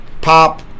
Pop